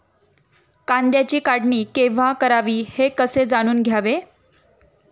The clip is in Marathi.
कांद्याची काढणी केव्हा करावी हे कसे जाणून घ्यावे?